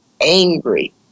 angry